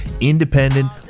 independent